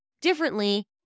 differently